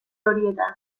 horietan